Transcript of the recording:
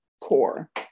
core